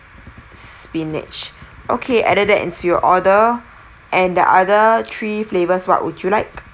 spinach okay added that into your order and the other three flavours what would you like